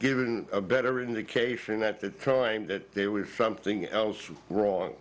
given a better indication that the crime that there was something else wrong